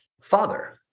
Father